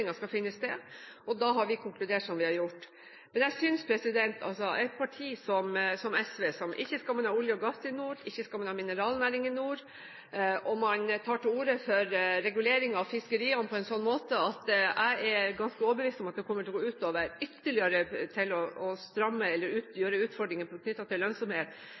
skal finne sted. Da har vi konkludert som vi har gjort. Partiet SV mener at man ikke skal ha olje og gass i nord, at man ikke skal ha mineralnæring i nord, og man tar til orde for regulering av fiskeriene på en slik måte at jeg er ganske overbevist om at det kommer til å gå ytterligere ut over lønnsomheten – enten ved innstramming eller ved andre utfordringer.